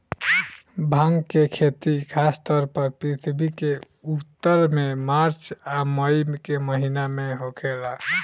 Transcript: भांग के खेती खासतौर पर पृथ्वी के उत्तर में मार्च आ मई के महीना में होखेला